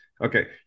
Okay